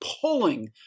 pulling